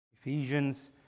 Ephesians